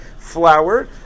Flour